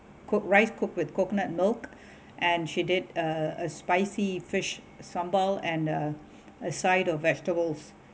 cooked rice cooked with coconut milk and she did a a spicy fish sambal and the a side of vegetables